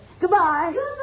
Goodbye